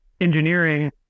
engineering